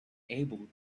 able